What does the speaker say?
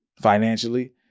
financially